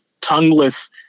tongueless